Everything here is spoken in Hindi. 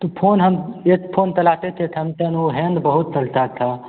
तो फ़ोन हम एक फ़ोन तलाते थे थैमथंग वह हैंग बहुत करता था